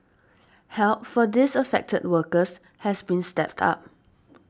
help for these affected workers has been stepped up